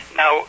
now